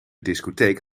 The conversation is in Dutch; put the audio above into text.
discotheek